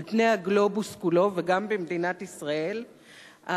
על פני הגלובוס כולו וגם במדינת ישראל הפריזמה